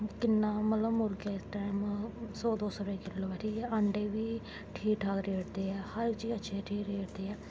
किन्ना मतलब मुर्गे इस टैम सो दो सौ रपेऽ किल्लो ऐ अंडे बी ठीक ठाक रेट दे ऐ हर चीज ठीक ठाक रेट दी ऐ